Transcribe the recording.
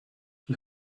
you